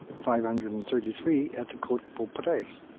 five hundred and thirty three at the cote beaupre,